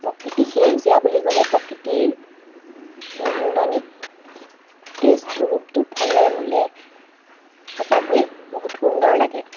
প্ৰকৃতি সেউজীয়া বুলি ক'লে প্ৰকৃতিৰ নান্দনিক টেষ্ট ৰূপটোফলে মোলে সঁচাকৈয়ে বহুত সুন্দৰ লাগে